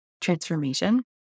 transformation